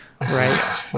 right